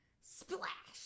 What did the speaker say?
Splash